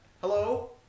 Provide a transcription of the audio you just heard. hello